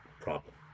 problem